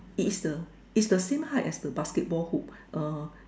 it's the it's the same height as the basketball hoop uh